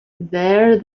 there